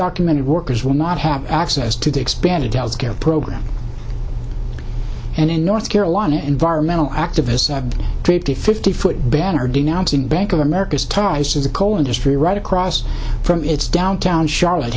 undocumented workers will not have access to the expanded healthcare program and in north carolina environmental activists have a trip to fifty foot banner denouncing bank of america's toys to the coal industry right across from its downtown charlotte